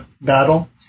battle